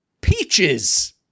Peaches